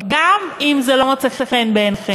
גם אם זה לא מוצא חן בעיניכם.